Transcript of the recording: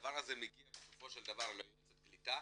והדבר הזה מגיע בסופו של דבר ליועצת הקליטה.